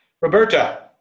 Roberta